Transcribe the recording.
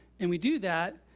and we do that.